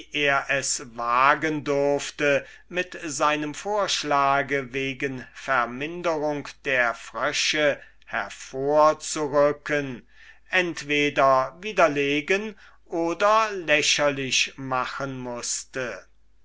er es wagen durfte mit seinem vorschlag wegen verminderung der frösche hervorzurücken entweder widerlegen oder lächerlich machen mußte